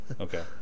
Okay